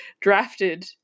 drafted